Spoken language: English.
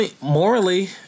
morally